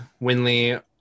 Winley